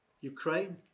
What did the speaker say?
Ukraine